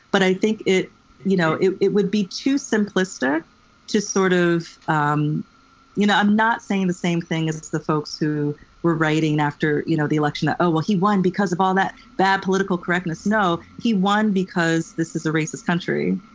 but i think it you know it would be too simplistic to sort of, um you know, i'm not saying the same thing as the folks who were writing after you know the election, that, oh, well he won because of all that bad political correctness. no. he won because this is a racist country,